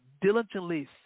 diligently